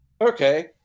Okay